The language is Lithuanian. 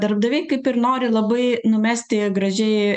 darbdaviai kaip ir nori labai numesti gražiai